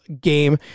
game